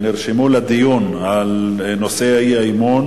נרשמו לדיון בנושא האי-אמון